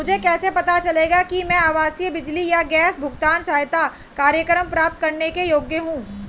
मुझे कैसे पता चलेगा कि मैं आवासीय बिजली या गैस भुगतान सहायता कार्यक्रम प्राप्त करने के योग्य हूँ?